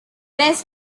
best